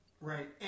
Right